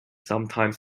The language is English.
sometimes